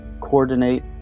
coordinate